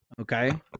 Okay